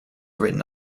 written